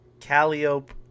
Calliope